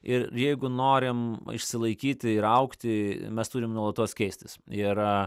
ir jeigu norim išsilaikyti ir augti mes turim nuolatos keistis ir